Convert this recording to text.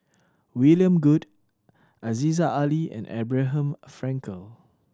William Goode Aziza Ali and Abraham Frankel